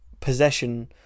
possession